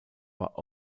war